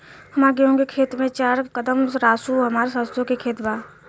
हमार गेहू के खेत से चार कदम रासु हमार सरसों के खेत बा